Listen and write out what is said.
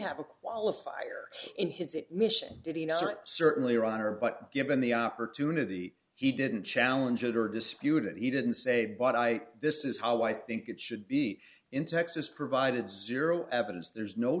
have a qualifier in his that mission did he not certainly or honor but given the opportunity he didn't challenge it or dispute it he didn't say but i this is how i think it should be in texas provided zero evidence there's no